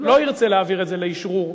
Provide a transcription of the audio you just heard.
לא ירצה להעביר את זה לאשרור,